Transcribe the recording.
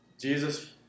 Jesus